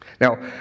Now